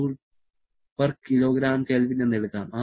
006 kJkgK എന്ന് എടുക്കാം